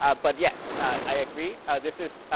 ah but yes, i agree this is